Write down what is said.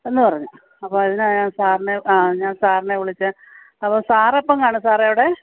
എന്ന് പറഞ്ഞു അപ്പോൾ അതിനാണ് ഞാൻ സാറിനെ ആ ഞാൻ സാറിനെ വിളിച്ചത് അപ്പം സാറ് എപ്പം കാണും സാറേ അവിടെ